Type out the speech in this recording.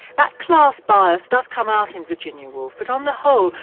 that class bias does come out in virginia woolf. but on the whole,